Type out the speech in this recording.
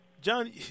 John